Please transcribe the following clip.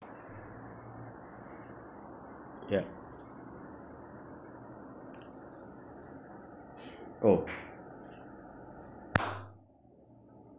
ya oh